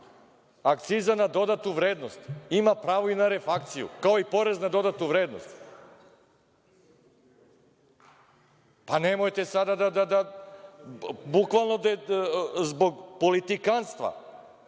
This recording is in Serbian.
akciza na dodatu vrednost. Ima pravo i na refakciju, kao i porez na dodatu vrednost. Nemojte sada da, bukvalno zbog politikanstva,